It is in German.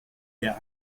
der